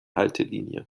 haltelinie